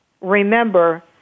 remember